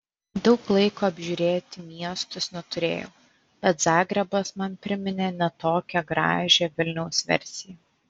daug laiko apžiūrėti miestus neturėjau bet zagrebas man priminė ne tokią gražią vilniaus versiją